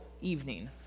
evening